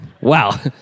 wow